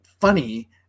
funny